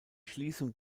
schließung